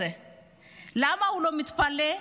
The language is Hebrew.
למה הוא לא מתפלא?